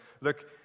look